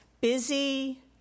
busy